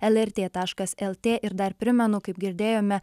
lrt taškas lt ir dar primenu kaip girdėjome